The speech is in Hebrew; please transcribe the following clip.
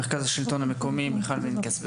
מרכז השלטון המקומי מיכל מנקס.